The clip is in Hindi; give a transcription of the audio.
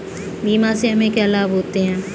बीमा से हमे क्या क्या लाभ होते हैं?